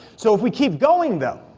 so if we keep going though,